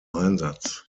einsatz